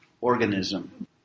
organism